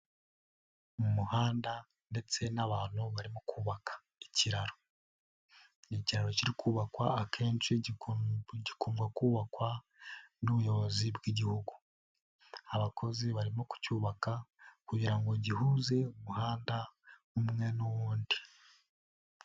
Mu muhanda ndetse n'abantu barimo kubaka ikiraro, ni ikiraro kiri kubakwa akenshi gigomba kubakwa n'ubuyobozi bw'igihugu, abakozi barimo kucyubaka kugira ngo gihuze umuhanda umwe n'wundi.